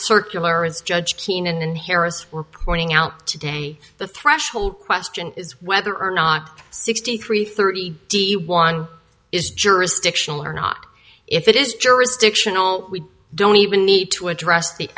circular as judge keenan and harris were pointing out today the threshold question is whether or not sixty three thirty d one is jurisdictional or not if it is jurisdictional we don't even need to address the